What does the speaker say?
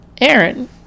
Aaron